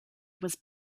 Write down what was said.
was